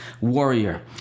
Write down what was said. warrior